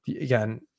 Again